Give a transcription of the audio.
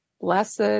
blessed